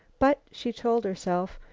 but, she told herself,